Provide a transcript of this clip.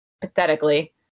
Pathetically